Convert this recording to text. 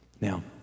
Now